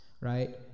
right